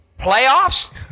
Playoffs